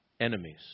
enemies